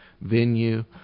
venue